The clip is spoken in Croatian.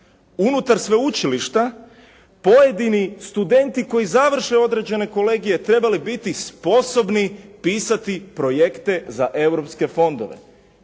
unutar sveučilišta pojedini studenti koji završe određene kolegije trebali biti sposobni pisati projekte za europske fondove.